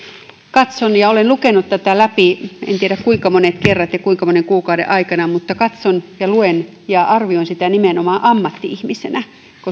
katson ja olen lukenut tätä läpi en tiedä kuinka monet kerrat ja kuinka monen kuukauden aikana niin katson ja luen ja arvioin sitä nimenomaan ammatti ihmisenä